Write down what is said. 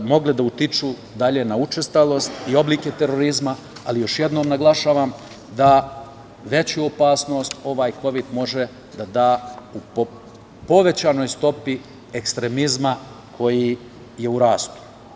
mogle da utiče dalje na učestalost i oblike terorizma, ali još jednom naglašavam da veću opasnost ovaj kovid može da da u povećanoj stopi ekstremizma koji je u rastu.